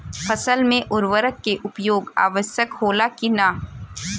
फसल में उर्वरक के उपयोग आवश्यक होला कि न?